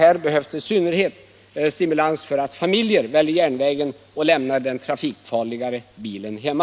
Här behövs i synnerhet stimulans så att familjer väljer järnvägen och lämnar den trafikfarligare bilen hemma.